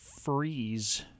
freeze